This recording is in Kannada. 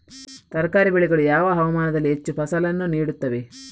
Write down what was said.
ತರಕಾರಿ ಬೆಳೆಗಳು ಯಾವ ಹವಾಮಾನದಲ್ಲಿ ಹೆಚ್ಚು ಫಸಲನ್ನು ನೀಡುತ್ತವೆ?